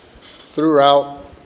throughout